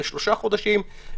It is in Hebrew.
לשלושה חודשים,